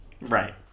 right